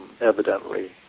evidently